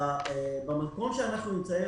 במתכון שאנחנו נמצאים,